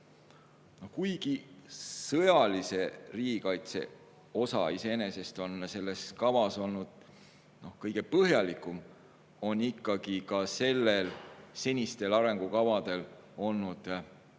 Kuigi sõjalise riigikaitse osa iseenesest on selles kavas olnud kõige põhjalikum, on ikkagi ka senistel arengukavadel olnud üks